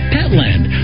Petland